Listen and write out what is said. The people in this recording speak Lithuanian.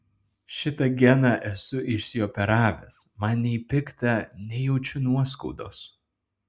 šitą geną esu išsioperavęs man nei pikta nei jaučiu nuoskaudos